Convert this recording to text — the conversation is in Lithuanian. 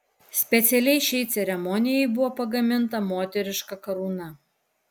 specialiai šiai ceremonijai buvo pagaminta moteriška karūna